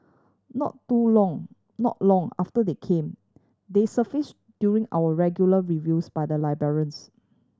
not too long not long after they came they surfaced during our regular reviews by the librarians